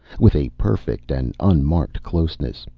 with a perfect and unmarked closeness,